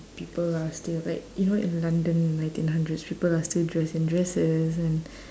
people are still like you know in london in nineteen hundreds people are still dressed in dresses and